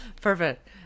Perfect